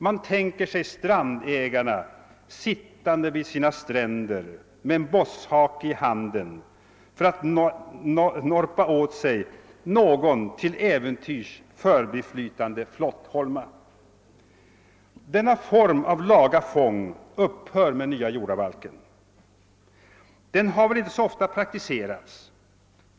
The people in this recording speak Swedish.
Man tänker sig strandägarna sittande vid sina stränder med en båtshake i handen för att snappa åt sig någon till äventyrs förbiflytande flottholma. Denna form av laga fång upphör med den nya jordabalken, och den har väl inte så ofta praktiserats.